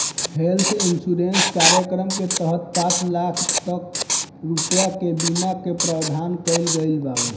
health insurance कार्यक्रम के तहत पांच लाख तक रुपिया के बीमा के प्रावधान कईल गईल बावे